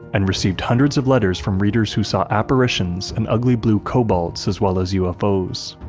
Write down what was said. and received hundreds of letters from readers who saw apparitions and ugly blue kobolds as well as ufos.